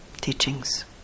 teachings